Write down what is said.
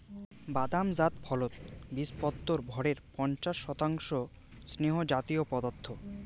বাদাম জাত ফলত বীচপত্রর ভরের পঞ্চাশ শতাংশ স্নেহজাতীয় পদার্থ